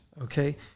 okay